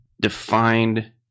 defined